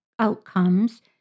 Outcomes